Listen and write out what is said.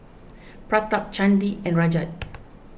Pratap Chandi and Rajat